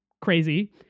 crazy